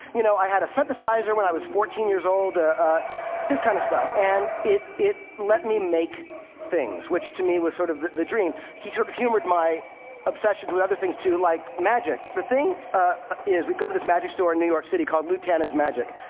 you know, i had a synthesizer when i was fourteen years old this kind of stuff. and it it let me make things, which, to me, was sort of the dream. he sort of humored my obsession to other things too, like magic. the thing is, we'd go to this magic store in new york city called lou tannen's magic.